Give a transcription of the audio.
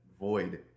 void